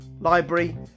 library